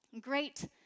Great